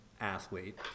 athlete